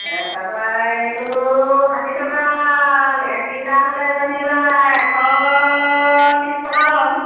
এই তাৰপৰা এইটো ষাঠি টকা এক লিটাৰ হ'লে যেনিবা এশ ত্ৰিছ টকা লওঁ